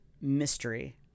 mystery